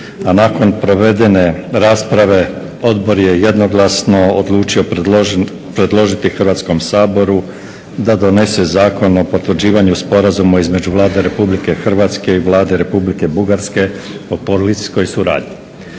a nakon provedene rasprave odbor je jednoglasno odlučio predložiti Hrvatskom saboru da donese Zakon o potvrđivanju Sporazuma između Vlade Republike Hrvatske i Vlade Republike Bugarske o policijskoj suradnji.